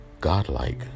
godlike